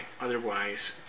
otherwise